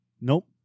Nope